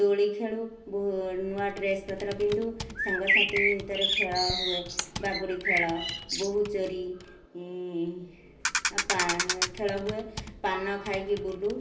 ଦୋଳି ଖେଳୁ ଭୋ ନୂଆ ଡ୍ରେସ୍ ପତ୍ର ପିନ୍ଧୁ ସାଙ୍ଗସାଥି ଭିତରେ ଖେଳ ହୁଏ ବାଗୁଡ଼ି ଖେଳ ବୋହୁଚୋରୀ ପାଁ ଖେଳ ହୁଏ ପାନ ଖାଇକି ବୁଲୁ